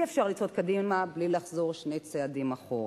אי-אפשר לצעוד קדימה בלי לחזור שני צעדים אחורה.